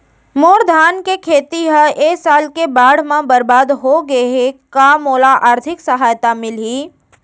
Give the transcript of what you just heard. मोर धान के खेती ह ए साल के बाढ़ म बरबाद हो गे हे का मोला आर्थिक सहायता मिलही?